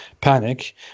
panic